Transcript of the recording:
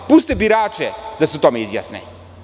Pustite birače da se o tome izjasne.